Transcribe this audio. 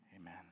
Amen